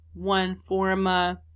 Oneforma